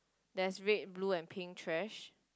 there is red blue and pink trash